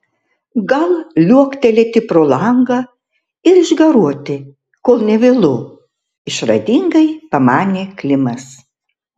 gal liuoktelėti pro langą ir išgaruoti kol ne vėlu išradingai pamanė klimas